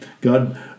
God